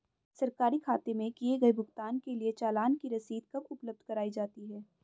सरकारी खाते में किए गए भुगतान के लिए चालान की रसीद कब उपलब्ध कराईं जाती हैं?